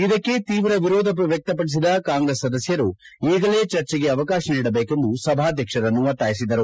ಇದಕ್ಕೆ ತೀವ್ರ ವಿರೋಧ ವ್ಯಕ್ತಪಡಿಸಿದ ಕಾಂಗ್ರೆಸ್ ಸದಸ್ನರು ಈಗಲೇ ಚರ್ಚೆಗೆ ಅವಕಾಶ ನೀಡಬೇಕೆಂದು ಸಭಾಧ್ಯಕ್ಷರನ್ನು ಒತ್ತಾಯಿಸಿದರು